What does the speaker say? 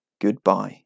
goodbye